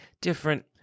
different